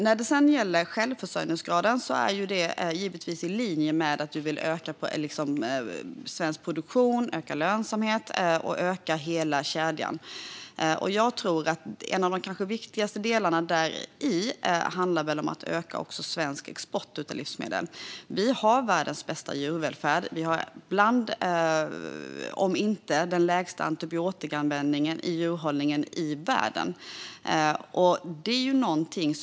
När det gäller självförsörjningsgraden är det givetvis så att vi vill öka svensk produktion, öka lönsamheten och öka hela kedjan. En av de kanske viktigaste delarna däri handlar om att öka svensk export av livsmedel. Vi har världens bästa djurvälfärd. Vår nivå på antibiotikaanvändningen i djurhållningen är bland de lägsta i världen, om inte den allra lägsta.